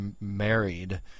married